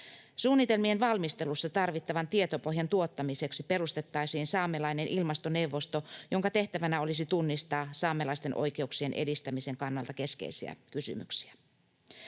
Suunnitelmien valmistelussa tarvittavan tietopohjan tuottamiseksi perustettaisiin saamelainen ilmastoneuvosto, jonka tehtävänä olisi tunnistaa saamelaisten oikeuksien edistämisen kannalta keskeisiä kysymyksiä.